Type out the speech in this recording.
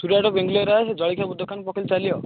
ସୂର୍ୟା ଆଡ଼େ ବାଙ୍ଗାଲୋର୍ରେ ଜଳଖିଆ ଦୋକାନ ପକାଇଲେ ଚାଲିବ